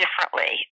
differently